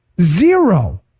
Zero